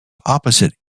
opposite